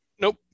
nope